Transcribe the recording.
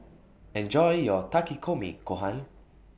Enjoy your Takikomi Gohan